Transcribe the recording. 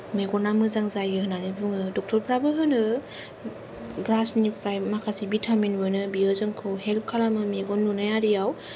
मेगना मोजां जायो होन्नानै बुङो दक्टरफ्राबो बुङो ग्रासनिफ्राय माखासे भिटामिन मोनो बेयो जोंखौ हेल्प खालामो मेगन नुनाय आरियाव